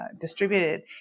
distributed